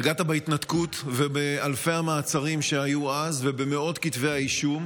נגעת בהתנתקות ובאלפי המעצרים שהיו אז ובמאות כתבי האישום,